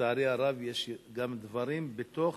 לצערי הרב יש גם דברים בתוך